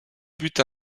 buts